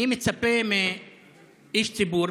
אני מצפה מאיש ציבור,